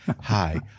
Hi